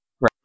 Right